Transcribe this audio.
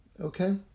okay